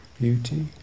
beauty